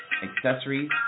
accessories